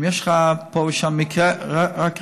אם יש לך פה ושם מקרה מסוים,